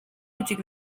hutsik